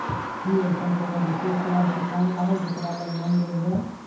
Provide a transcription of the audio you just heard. कि अईसन कोनो विशेष लाभ किसान ला हई जेकरा ला लोन लेल जाए?